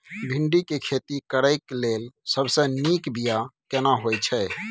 भिंडी के खेती करेक लैल सबसे नीक बिया केना होय छै?